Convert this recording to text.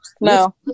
no